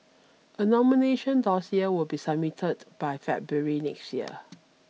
a nomination dossier will be submitted by February next year